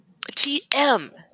TM